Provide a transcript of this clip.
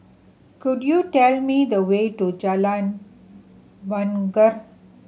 could you tell me the way to Jalan Bungar